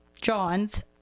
John's